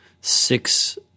six